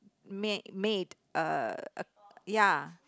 make made uh ya